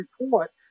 report